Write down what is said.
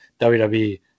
WWE